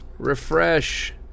Refresh